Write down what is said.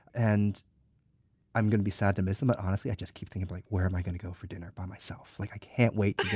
and i'm going to be sad to miss them, but honestly, i keep thinking, like where am i going to go for dinner by myself? like, i can't wait